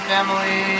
Family